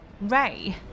Ray